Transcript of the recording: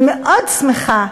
אני מאוד שמחה.